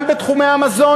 גם בתחומי המזון,